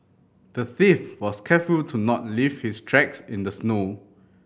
the thief was careful to not leave his tracks in the snow